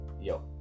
yo